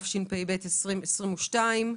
התשפ"ב-2022.